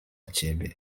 ciebie